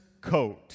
coat